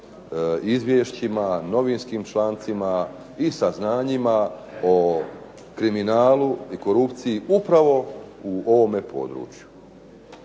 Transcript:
izvješćima, novinskim člancima i saznanjima o kriminalu i korupciji upravo u ovome području.